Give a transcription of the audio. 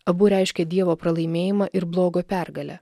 abu reiškia dievo pralaimėjimą ir blogio pergalę